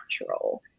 natural